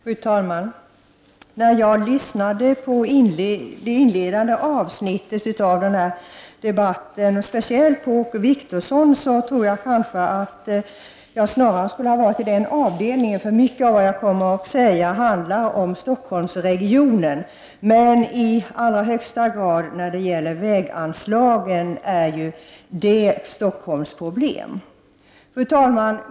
Fru talman! När jag lyssnade på det inledande avsnittet av den här debatten och speciellt på Åke Wictorsson tänkte jag att jag snarare skulle ha deltagit i den delen av debatten — mycket av vad jag kommer att säga handlar om Stockholmsregionen, men det är ju när det gäller väganslagen i allra högsta grad Stockholms problem. Fru talman!